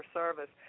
service